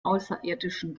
außerirdischen